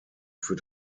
für